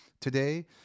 today